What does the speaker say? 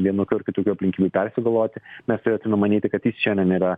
vienokių ar kitokių aplinkybių persigalvoti mes turėtume manyti kad jis šiandien yra